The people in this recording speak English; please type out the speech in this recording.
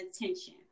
attention